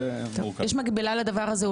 יש מקבילה לדבר הזה,